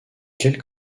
quelles